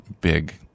big